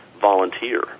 volunteer